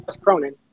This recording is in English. Cronin